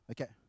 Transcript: Okay